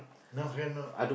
no cannot